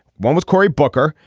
one was cory booker.